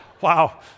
Wow